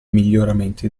miglioramenti